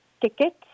tickets